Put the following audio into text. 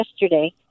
yesterday